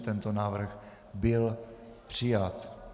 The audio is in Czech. Tento návrh byl přijat.